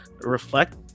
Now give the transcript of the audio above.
reflect